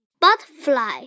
butterfly